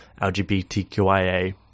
LGBTQIA